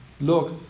Look